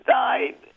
died